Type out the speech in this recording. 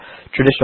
traditional